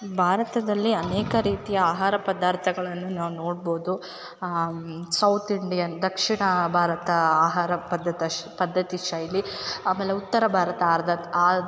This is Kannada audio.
ಭಾರತದಲ್ಲಿ ಅನೇಕ ರೀತಿಯ ಆಹಾರ ಪದಾರ್ಥಗಳನ್ನು ನಾವು ನೋಡ್ಬೋದು ಸೌತ್ ಇಂಡಿಯನ್ ದಕ್ಷಿಣ ಭಾರತ ಆಹಾರ ಪದ್ಧತಿ ಪದ್ಧತಿ ಶೈಲಿ ಆಮೇಲೆ ಉತ್ತರ ಭಾರತ ಅರ್ಥಾತ್ ಅದ್